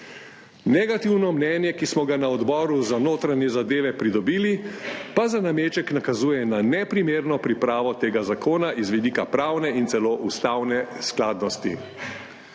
Negativno mnenje, ki smo ga pridobili na Odboru za notranje zadeve, pa za nameček nakazuje na neprimerno pripravo tega zakona z vidika pravne in celo ustavne skladnosti.